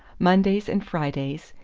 mondays and fridays,